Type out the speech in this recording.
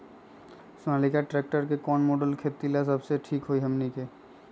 Sonalika tractor के कौन model खेती ला सबसे ठीक होई हमने की?